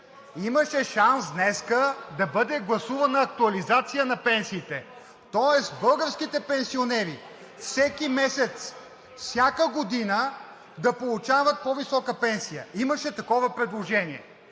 Имаше шанс днес да бъде гласувана актуализация на пенсиите, тоест българските пенсионери всеки месец, всяка година да получават по-висока пенсия. Имаше такова предложение.